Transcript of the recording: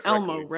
Elmo